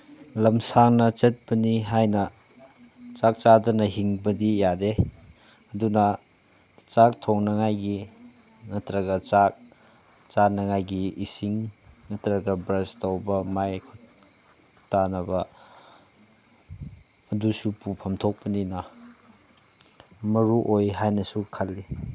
ꯂꯝ ꯁꯥꯡꯅ ꯆꯠꯄꯅꯤ ꯍꯥꯏꯅ ꯆꯥꯛ ꯆꯥꯗꯅ ꯍꯤꯡꯕꯗꯤ ꯌꯥꯗꯦ ꯑꯗꯨꯅ ꯆꯥꯛ ꯊꯣꯡꯅꯉꯥꯏꯒꯤ ꯅꯠꯇ꯭ꯔꯒ ꯆꯥꯛ ꯆꯥꯅꯉꯥꯏꯒꯤ ꯏꯁꯤꯡ ꯅꯠꯇ꯭ꯔꯒ ꯕ꯭ꯔꯁ ꯇꯧꯕ ꯃꯥꯏ ꯃꯤꯠ ꯇꯥꯅꯕ ꯑꯗꯨꯁꯨ ꯄꯨꯐꯝ ꯊꯣꯛꯄꯅꯤꯅ ꯃꯔꯨꯑꯣꯏ ꯍꯥꯏꯅꯁꯨ ꯈꯜꯂꯤ